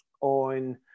on